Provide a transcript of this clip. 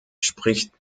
spricht